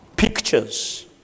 pictures